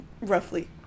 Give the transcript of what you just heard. Roughly